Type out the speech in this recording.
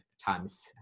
times